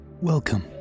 Welcome